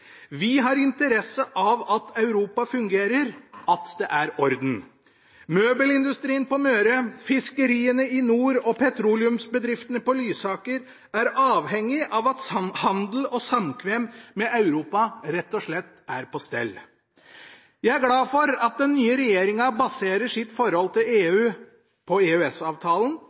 Vi har interesse av at Europa fungerer, at det er orden. Møbelindustrien på Møre, fiskeriene i nord og petroleumsbedriftene på Lysaker er avhengig av at handel og samkvem med Europa rett og slett er på stell. Jeg er glad for at den nye regjeringen baserer sitt forhold til EU på